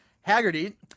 Haggerty